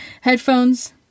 headphones